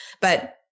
But-